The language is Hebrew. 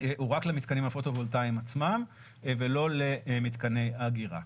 הוא רק למתקנים הפוטו-וולטאים עצמם ולא למתקני אגירה.